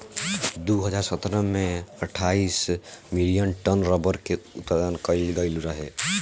दू हज़ार सतरह में अठाईस मिलियन टन रबड़ के उत्पादन कईल गईल रहे